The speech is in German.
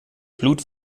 blut